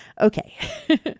Okay